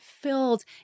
filled